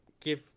give